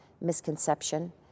misconception